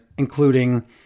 including